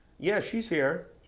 yeah, she's here.